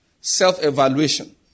self-evaluation